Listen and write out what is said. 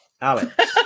Alex